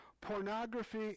pornography